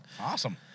Awesome